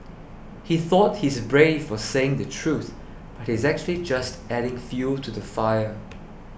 he thought he's brave for saying the truth but he's actually just adding fuel to the fire